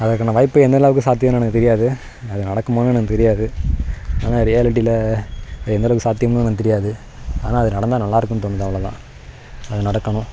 அதற்கான வாய்ப்பு எந்தளவுக்கு சாத்தியம்னு எனக்குத் தெரியாது அது நடக்குமான்னும் எனக்குத் தெரியாது ஆனால் ரியாலிட்டியில் எந்த அளவுக்கு சாத்தியம்னும் எனக்குத் தெரியாது ஆனால் அது நடந்தால் நல்லா இருக்கும்னு தோணுது அவ்ளோதான் அது நடக்கணும்